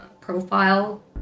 profile